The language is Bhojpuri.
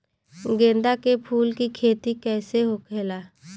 गेंदा के फूल की खेती कैसे होखेला?